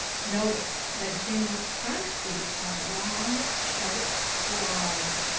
notice that jimmy's front feet have long, sharp claws.